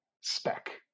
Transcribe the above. spec